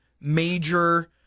major